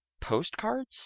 Postcards